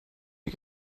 you